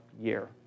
year